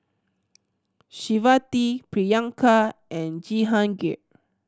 Shivaji Priyanka and Jehangirr